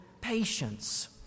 patience